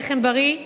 "לחם בריא",